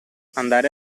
andare